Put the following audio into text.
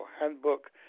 Handbook